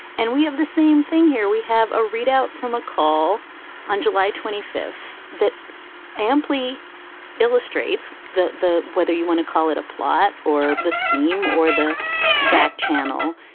and we have the same thing here. we have a readout from a call on july twenty fifth that amply illustrates the the weather. you want to call it a plot or the scheme or the back channel.